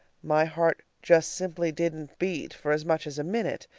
my heart just simply didn't beat for as much as a minute.